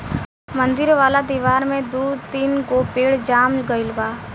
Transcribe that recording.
मंदिर वाला दिवार में दू तीन गो पेड़ जाम गइल बा